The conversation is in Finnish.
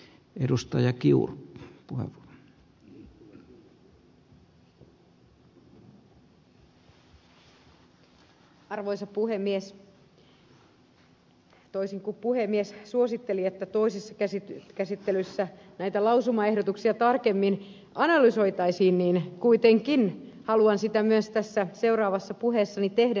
toisin kuin puhemies suositteli että toisessa käsittelyssä näitä lausumaehdotuksia tarkemmin analysoitaisiin niin kuitenkin haluan sitä myös tässä seuraavassa puheessani tehdä